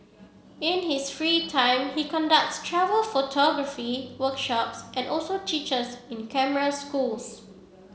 in his free time he conducts travel photography workshops and also teaches in camera schools